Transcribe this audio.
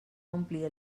omplir